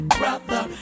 brother